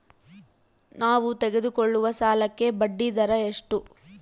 ನಾವು ತೆಗೆದುಕೊಳ್ಳುವ ಸಾಲಕ್ಕೆ ಬಡ್ಡಿದರ ಎಷ್ಟು?